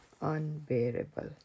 unbearable